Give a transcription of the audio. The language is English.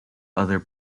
other